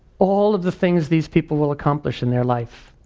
all of the things these people will accomplish in their life,